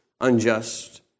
unjust